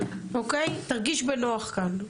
תרגיש בנוח כאן.